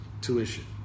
tuition